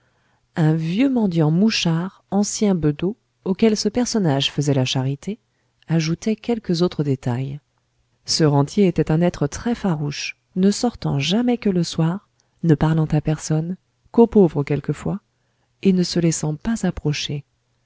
un vieux mendiant mouchard ancien bedeau auquel ce personnage faisait la charité ajoutait quelques autres détails ce rentier était un être très farouche ne sortant jamais que le soir ne parlant à personne qu'aux pauvres quelquefois et ne se laissant pas approcher